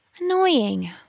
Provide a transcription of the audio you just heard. Annoying